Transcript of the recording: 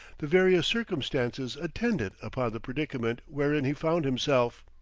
the various circumstances attendant upon the predicament wherein he found himself.